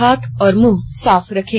हाथ और मुंह साफ रखें